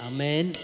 Amen